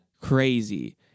crazy